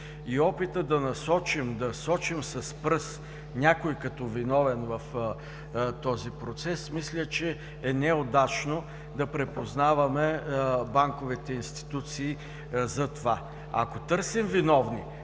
Опитът да сочим с пръст някой като виновен в този процес, мисля, че е неудачно да припознаваме банковите институции за това. Ако търсим виновни